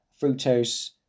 fructose